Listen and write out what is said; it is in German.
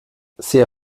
sehr